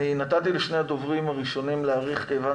אני נתתי לשני הדוברים הראשונים להאריך כיוון